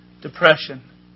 depression